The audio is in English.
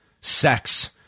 Sex